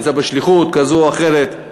נמצא בשליחות כזאת או אחרת.